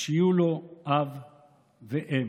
שיהיו לו אב ואם,